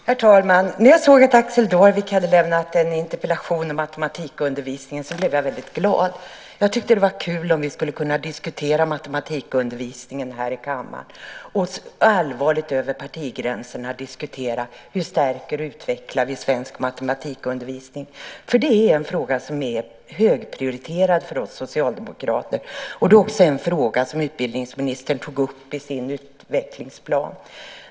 Herr talman! När jag såg att Axel Darvik hade lämnat in en interpellation om matematikundervisningen blev jag väldigt glad. Jag tyckte det vore kul om vi skulle kunna debattera matematikundervisningen här i kammaren och allvarligt över partigränserna diskutera hur vi ska kunna stärka och utveckla svensk matematikundervisning. Det är en fråga som är högprioriterad för oss socialdemokrater och också en fråga som utbildningsministern tog upp i sin utvecklingsplan.